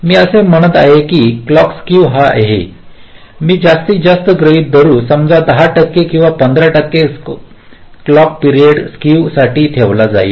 मी असे म्हणत आहे की क्लॉक स्केव आहे मी जास्तीत जास्त गृहीत धरू समजा 10 किंवा 15 क्लॉक पिरियड स्केवसाठी ठेवला जाईल